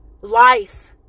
life